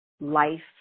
life